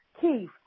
Keith